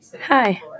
Hi